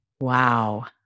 Wow